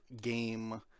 game